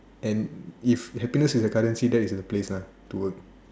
and if happiness is a colour sheet that is the place to work